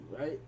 right